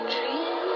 Dream